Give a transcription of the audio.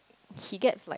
he gets like